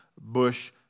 bush